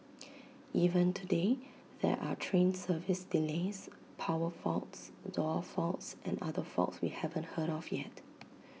even today there are train service delays power faults door faults and other faults we haven't heard of yet